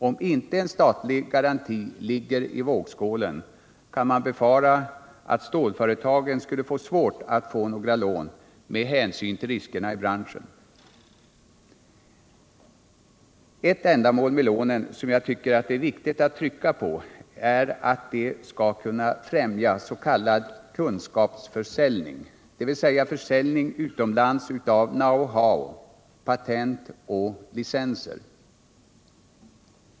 Om inte en statlig garanti ligger i vågskålen kan man befara att stålföretagen skulle få svårt att få några lån med hänsyn till riskerna i branschen. Ett ändamål med lånen som jag tycker det är viktigt att trycka på är att de skall kunna främja s.k. kunskapsförsäljning, dvs. försäljning utomlands av know-how, patent och licenser.